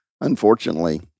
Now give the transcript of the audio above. Unfortunately